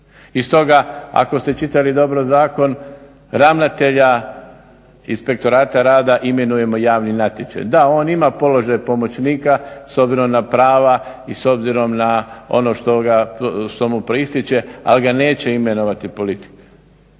I stoga ako ste čitali dobro zakon ravnatelja inspektorata rada imenujemo javnim natječajem. Da on ima položaj pomoćnika s obzirom na prava i s obzirom na ono što mu …/Govornik se ne razumije./… ali ga neće imenovati politika.